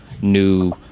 new